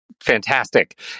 fantastic